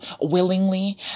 willingly